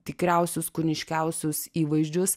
tikriausius kūniškiausius įvaizdžius